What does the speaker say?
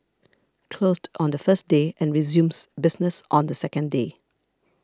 closed on the first day and resumes business on the second day